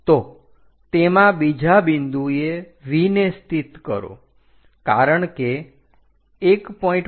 તો તેમાં બીજા બિંદુએ V ને સ્થિત કરો કારણ કે 1